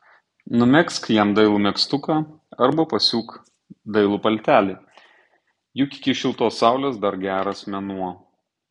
numegzk jam dailų megztuką arba pasiūk dailų paltelį juk iki šiltos saulės dar geras mėnuo